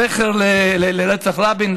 זכר רצח רבין.